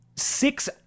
six